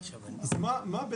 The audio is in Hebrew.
אז מה,